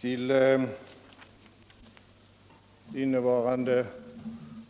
Till innevarande